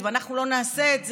אם אנחנו לא נעשה את זה,